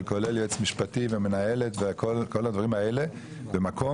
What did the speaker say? שכולל יועץ משפטי ומנהלת וכל הדברים האלה במקום,